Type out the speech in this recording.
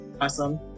awesome